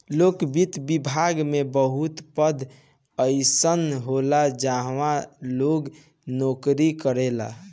लोक वित्त विभाग में बहुत पद अइसन होला जहाँ लोग नोकरी करेला